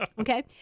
Okay